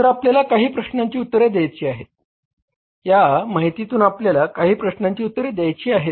तर आपल्याला काही प्रश्नांची उत्तरे द्यायची आहेत या माहितीतून आपल्याला काही प्रश्नांची उत्तरे द्यायची आहेत